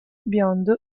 biondo